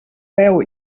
veu